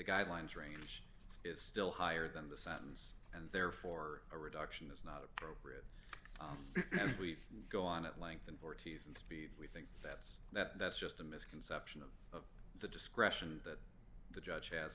guidelines range is still higher than the sentence and therefore a reduction is not appropriate we've go on at length and forty's and speed we think that's that's just a misconception of the discretion that the judge has